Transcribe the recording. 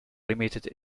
limited